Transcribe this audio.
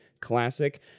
Classic